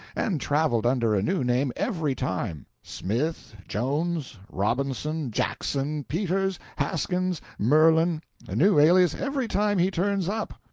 and traveled under a new name every time smith, jones, robinson, jackson, peters, haskins, merlin a new alias every time he turns up.